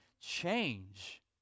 change